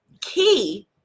key